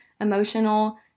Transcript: emotional